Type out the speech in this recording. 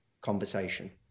conversation